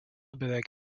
beveik